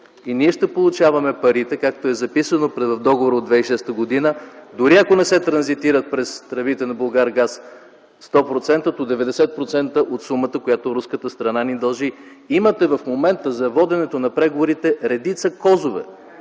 и ние ще получаваме парите, както е записано в договора от 2006 г., дори ако не се транзитират през тръбите на „Булгаргаз” 100%, до 90% от сумата, която руската страна ни дължи. В момента за воденето на преговорите имате редица козове